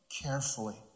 carefully